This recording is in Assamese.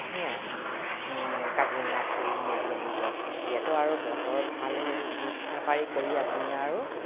সেয়া কাজিৰঙা ফুৰি মেলি আহি ধৰক এতিয়াতো আৰু বতৰ ভাল জীৱ চাপাৰী কৰি আপুনি আৰু